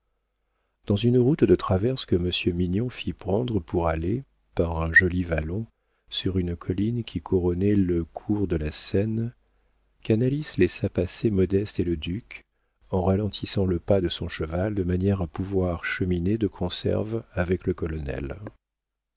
dans une route de traverse que monsieur mignon fit prendre pour aller par un joli vallon sur une colline qui couronnait le cours de la seine canalis laissa passer modeste et le duc en ralentissant le pas de son cheval de manière à pouvoir cheminer de conserve avec le colonel